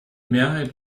mehrheit